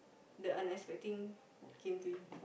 the unexpecting came to you